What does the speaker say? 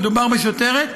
מדובר בשוטרת.